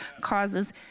causes